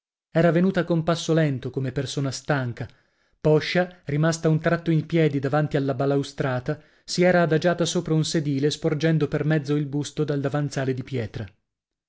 era venuta con passo lento come persona stanca poscia rimasta un tratto in piedi davanti alla balaustrata si era adagiata sopra un sedile sporgendo per mezzo il busto dal davanzale di pietra